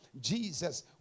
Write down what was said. Jesus